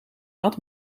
had